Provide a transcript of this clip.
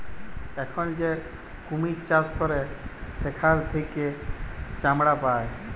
এখল যে কুমির চাষ ক্যরে সেখাল থেক্যে চামড়া পায়